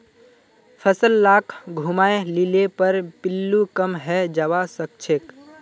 फसल लाक घूमाय लिले पर पिल्लू कम हैं जबा सखछेक